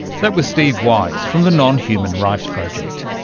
that was steve wise from the nonhuman rights project.